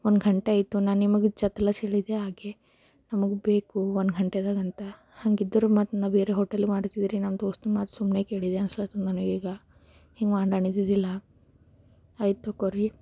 ಒಂದು ಗಂಟೆ ಆಯ್ತು ನಾ ನಿಮಗೆ ಹೇಳಿದ್ದೆ ಆಗೇ ನಮಗೆ ಬೇಕು ಒಂದು ಗಂಟೆಯಾಗ ಅಂತ ಹಂಗಿದ್ದರೆ ಮತ್ತೆ ನಾ ಬೇರೆ ಹೋಟೆಲ್ ಮಾಡ್ತಿದ್ದೆರಿ ನಮ್ಮ ದೋಸ್ತಿನ ಮಾತು ಸುಮ್ನೆ ಕೇಳಿದೆ ಅನಿಸ್ಲತ್ತಿದೆ ನನಗೀಗ ಹಿಂಗೆ ಮಾ ಇದ್ದಿದಿಲ್ಲ ಆಯ್ತು ತೊಗೊರಿ